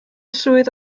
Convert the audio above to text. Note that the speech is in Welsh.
swydd